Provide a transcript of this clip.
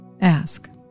Ask